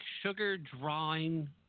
sugar-drawing